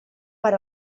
per